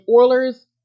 Oilers